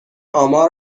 امار